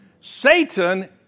Satan